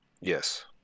Yes